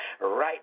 right